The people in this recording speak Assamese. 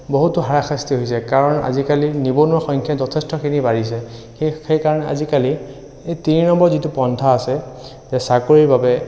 বহুতো হাৰাশাস্তি হৈছে কাৰণ আজিকালি নিবনুৱাৰ সংখ্যা যথেষ্টখিনি বাঢ়িছে সেইকাৰণে আজিকালি এই তিনি নম্বৰ যিটো পন্থা আছে যে চাকৰিৰ বাবে